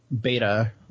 beta